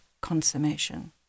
consummation